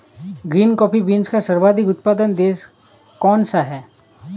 Green coffee beans का सर्वाधिक उत्पादक देश कौन सा है?